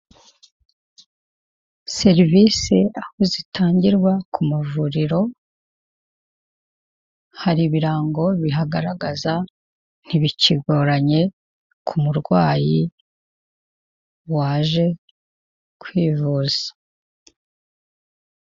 Aha ni mu muhanda wa kaburimbo, urimo abamotari babiri n'umuyonzi umwe, bose bafite abagenzi, hirya hari ibikamyo bigiye bitandukanye, hejuru yaho hari ibiti bihari, hirya yaho hari inyubako ifite amabara y'ubururu bwijimye.